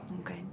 Okay